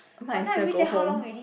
might as well go home